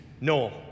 Noel